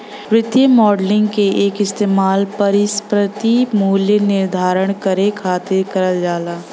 वित्तीय मॉडलिंग क इस्तेमाल परिसंपत्ति मूल्य निर्धारण करे खातिर करल जाला